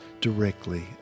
directly